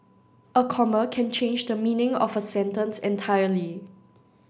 a comma can change the meaning of a sentence entirely